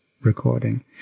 recording